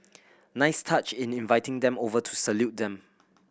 nice touch in inviting them over to salute them